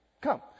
Come